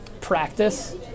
Practice